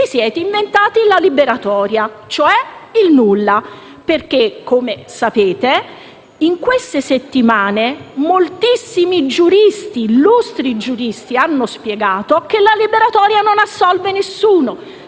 siete inventati la liberatoria, cioè il nulla. Infatti, come sapete, in queste settimane moltissimi illustri giuristi hanno spiegato che la liberatoria non assolve nessuno,